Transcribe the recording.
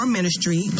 ministry